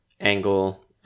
angle